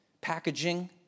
packaging